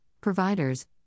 providers